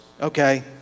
Okay